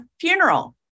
funeral